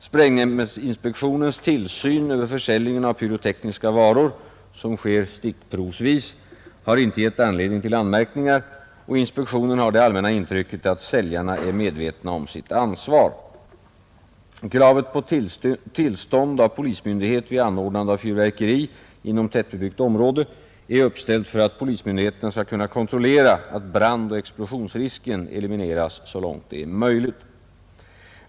Sprängämnesinspektionens tillsyn över försäljningen av pyrotekniska varor, som sker stickprovsvis, har inte gett anledning till anmärkningar, och inspektionen har det allmänna intrycket att säljarna är medvetna om sitt ansvar. Kravet på tillstånd av polismyndighet vid anordnande av fyrverkeri inom tättbebyggt område är uppställt för att polismyndigheterna skall kunna kontrollera att brandoch explosionsrisken elimineras så långt det är möjligt.